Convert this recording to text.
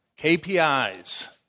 KPIs